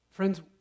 Friends